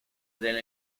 del